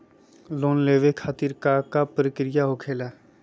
Loan लेवे खातिर का का प्रक्रिया होखेला?